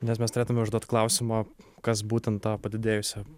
nes mes turėtume užduot klausimą kas būten tą padidėjusią